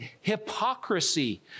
hypocrisy